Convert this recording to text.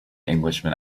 englishman